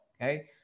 Okay